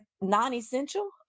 non-essential